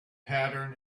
pattern